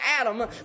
Adam